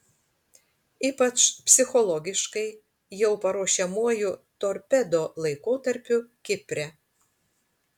ypač psichologiškai jau paruošiamuoju torpedo laikotarpiu kipre